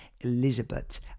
Elizabeth